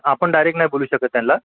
आपण डायरेक्ट नाही बोलू शकत त्यांना